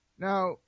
Now